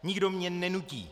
Nikdo mě nenutí.